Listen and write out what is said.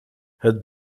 het